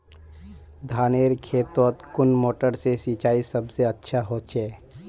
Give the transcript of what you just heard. धानेर खेतोत कुन मोटर से सिंचाई सबसे अच्छा होचए?